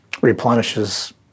Replenishes